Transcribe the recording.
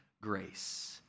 grace